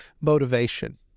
motivation